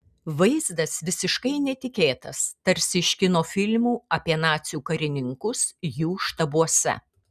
vaizdas visiškai netikėtas tarsi iš kino filmų apie nacių karininkus jų štabuose